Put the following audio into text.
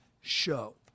Show